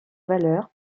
valeur